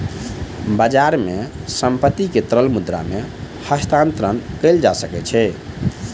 बजार मे संपत्ति के तरल मुद्रा मे हस्तांतरण कयल जा सकै छै